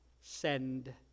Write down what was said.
Send